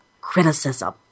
criticism